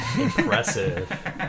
Impressive